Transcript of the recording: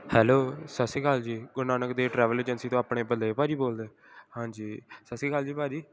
hello ਸਤਿ ਸ਼੍ਰੀ ਅਕਾਲ ਜੀ ਗੁਰੂ ਨਾਨਕ ਦੇਵ ਟਰੈਵਲ ਏਜੰਸੀ ਤੋਂ ਆਪਣੇ ਬਲਦੇਵ ਭਾਅ ਜੀ ਬੋਲਦੇ ਹਾਂਜੀ ਸਤਿ ਸ਼੍ਰੀ ਅਕਾਲ ਜੀ ਭਾਅ ਜੀ